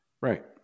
Right